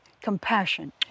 compassion